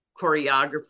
choreographer